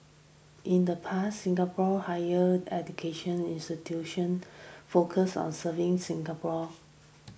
in the past Singapore higher education institution focused on serving Singapore